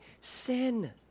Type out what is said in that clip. sin